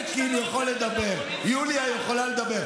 אלקין יכול לדבר, יוליה יכולה לדבר.